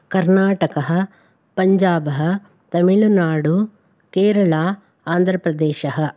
कर्नाटकः पञ्जाबः तमिल्नाडु केरल आन्ध्रप्रदेशः